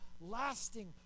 lasting